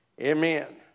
Amen